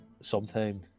Sometime